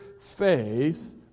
faith